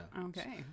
Okay